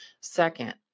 Second